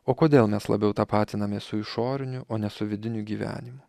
o kodėl mes labiau tapatinamės su išoriniu o ne su vidiniu gyvenimu